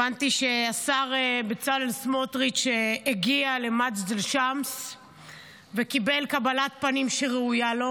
הבנתי שהשר בצלאל סמוטריץ' הגיע למג'דל שמס וקיבל קבלת פנים שראויה לו.